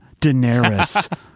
daenerys